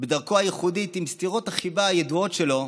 בדרכו הייחודית, עם סטירות החיבה הידועות שלו,